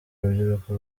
rubyiruko